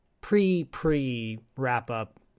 pre-pre-wrap-up